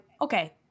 okay